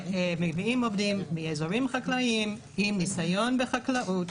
שמביאים עובדים מאזורים חקלאיים עם ניסיון בחקלאות,